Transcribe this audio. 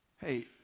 hey